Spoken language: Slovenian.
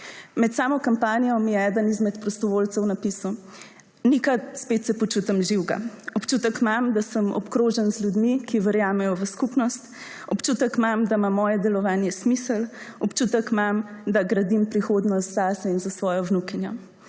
Med samo kampanjo mi je eden izmed prostovoljcev napisal: »Nika, spet se počutim živega. Občutek imam, da sem obkrožen z ljudmi, ki verjamejo v skupnost. Občutek imam, da ima moje delovanje smisel. Občutek imam, da gradim prihodnost zase in za svojo vnukinjo.«